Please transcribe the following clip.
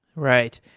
right.